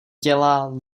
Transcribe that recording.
děla